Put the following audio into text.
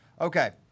Okay